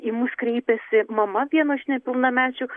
į mus kreipėsi mama vieno iš nepilnamečių